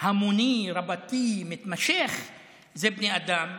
המוני רבתי מתמשך הוא בני אדם,